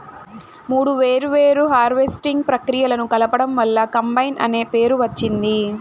మూడు వేర్వేరు హార్వెస్టింగ్ ప్రక్రియలను కలపడం వల్ల కంబైన్ అనే పేరు వచ్చింది